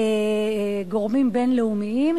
גורמים בין-לאומיים,